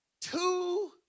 two